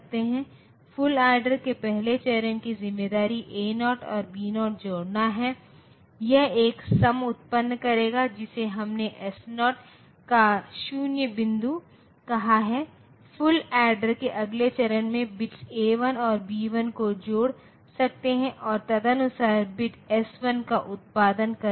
full adder के पहले चरण की जिम्मेदारी A0 और B0 जोड़ना है यह एक सम उत्पन्न करेगा जिसे हमने S0 का 0 बिट कहा है फुल ऐडर के अगले चरण में बिट्स A1 और B1 को जोड़ सकते हैं और तदनुसार बिट S1का उत्पादन करेंगे